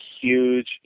huge